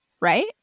right